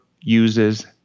uses